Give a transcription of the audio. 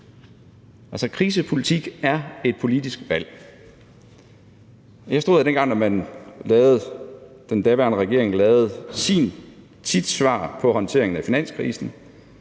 krisepolitik er et politisk valg. Jeg stod her, dengang den daværende regering gav sit svar på håndteringen af finanskrisen.